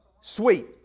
Sweet